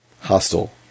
hostile